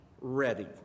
ready